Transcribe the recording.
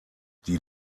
die